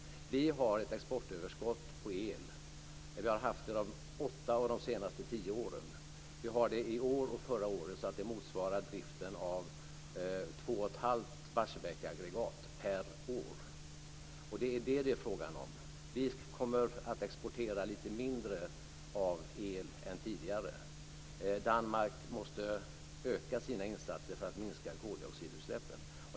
Sverige har ett exportöverskott på el. Det har Sverige haft under åtta av de senaste tio åren. I år och förra året motsvarar det driften av två och ett halvt Barsebäcksaggregat per år. Det är detta som det är frågan om. Sverige kommer att exportera lite mindre el än tidigare. Danmark måste öka sina insatser för att minska koldioxidutsläppen.